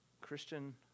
Christian